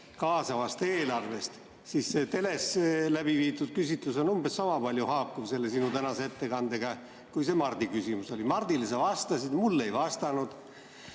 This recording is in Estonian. kaasavast eelarvest. See teles läbiviidud küsitlus on umbes sama palju haakuv selle sinu tänase ettekandega, kui see Mardi küsimus oli. Mardile sa vastasid, mulle ei vastanud.